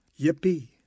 Yippee